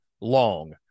long